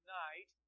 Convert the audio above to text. night